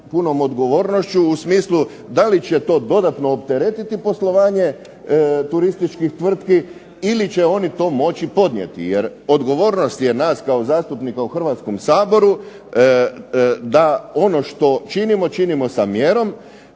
punom odgovornošću u smislu da li će to dodatno opteretiti poslovanje turističkih tvrtki ili će oni to moći podnijeti, jer odgovornost je nas kao zastupnika u Hrvatskom saboru da ono što činimo, činimo sa mjerom,